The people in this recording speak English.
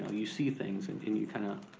you see things and then you kinda,